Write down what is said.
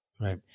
Right